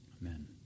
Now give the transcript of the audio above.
Amen